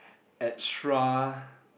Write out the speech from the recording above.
extra